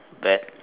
bad